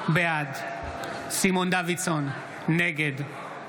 בעד סימון דוידסון, נגד